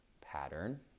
pattern